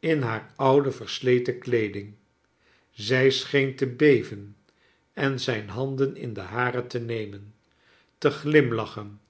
in haar oude versleten kleeding zij scheen te beven en zijn handen in de hare te nemen te glimlachen